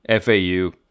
FAU